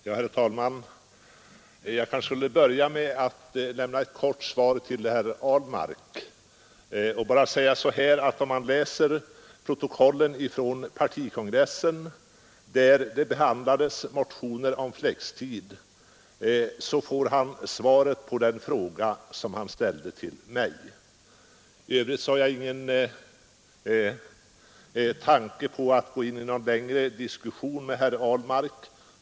Herr talman! Jag kanske skall börja med att lämna ett kort svar till herr Ahlmark. Om han läser protokollen från partikongressen, där motioner om flextid behandlades, får han svar på den fråga han ställde till mig. I övrigt har jag ingen tanke på att gå in i någon längre diskussion med herr Ahlmark.